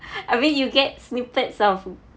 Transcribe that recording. I mean you get snippets of